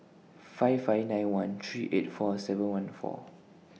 five five nine one three eight four seven one four